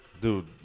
Dude